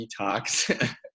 detox